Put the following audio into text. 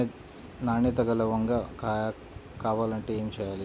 నాణ్యత గల వంగ కాయ కావాలంటే ఏమి చెయ్యాలి?